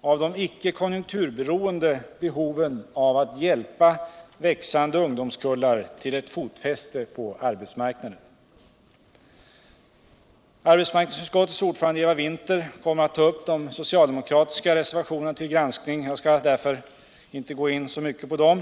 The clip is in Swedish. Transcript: av de icke konjunkturberoende behoven att hjälpa växande ungdomskullar till ett fotfäste på arbetsmarknaden. Arbetsmarknadsutskottets ordförande Eva Winther kommer att ta upp de socialdemokratiska reservationerna till granskning. Jag skall därför inte närmare gå in på dem.